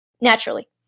naturally